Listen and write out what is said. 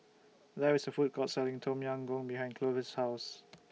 There IS A Food Court Selling Tom Yam Goong behind Clovis' House